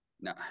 no